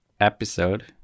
episode